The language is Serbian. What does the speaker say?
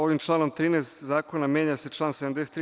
Ovim članom 13. zakona menja se član 73.